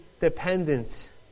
dependence